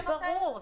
ברור.